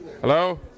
Hello